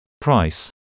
Price